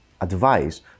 advice